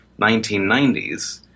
1990s